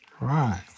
Right